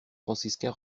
franciscain